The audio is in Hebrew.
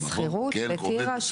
בשכירות, בטירה.